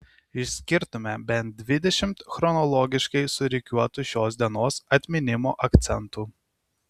išskirtume bent dvidešimt chronologiškai surikiuotų šios dienos atminimo akcentų